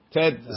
Ted